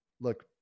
look